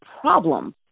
problem